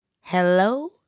hello